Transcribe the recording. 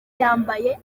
yambaye